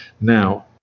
now